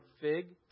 fig